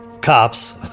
cops